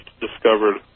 discovered